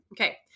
Okay